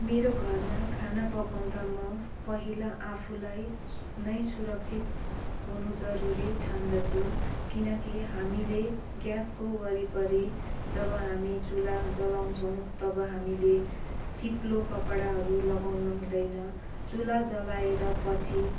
मेरो घरमा खाना पकाउँदा म पहिला आफूलाई नै सुरक्षित हुनु जरुरी ठान्दछु किनकि हामीले ग्यासको वरिपरि जब हामी चुल्हा जलाउँछौँ तब हामीले चिप्लो कपडाहरू लगाउन हुँदैन चुल्हा जलाएर पछि